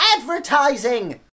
advertising